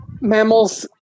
mammals